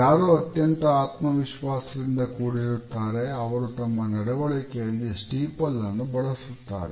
ಯಾರು ಅತ್ಯಂತ ಆತ್ಮವಿಶ್ವಾಸದಿಂದ ಕೂಡಿರುತ್ತಾರೆ ಅವರು ತಮ್ಮ ನಡುವಳಿಕೆಯಲ್ಲಿ ಸ್ಟೀಪಲ್ ಅನ್ನು ಬಳಸುತ್ತಾರೆ